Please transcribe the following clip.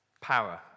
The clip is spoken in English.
Power